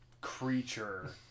creature